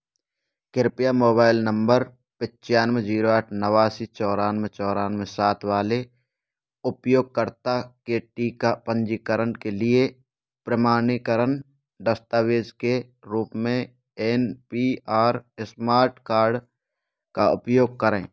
कृपया mobile number पिच्चानवे zero आठ नवासी चौरानवे चौरानवे सात वाले उपयोगकर्ता के टीका पंजीकरण के लिए प्रमाणीकरण दस्तावेज़ के रूप में N P R smart card का उपयोग करें